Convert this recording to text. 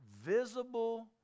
visible